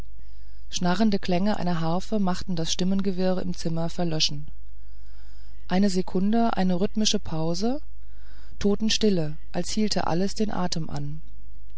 schnarrende klänge einer harfe machten das stimmengewirr im zimmer verlöschen eine sekunde eine rhythmische pause totenstille als hielte alles den atem an